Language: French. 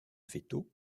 veto